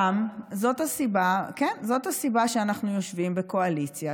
גם זאת הסיבה שאנחנו יושבים בקואליציה,